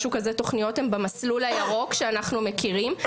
משהו כזה, תוכניות הן במסלול הירוק שאנחנו מכירים,